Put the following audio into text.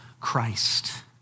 Christ